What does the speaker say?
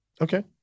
Okay